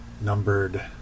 numbered